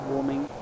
Warming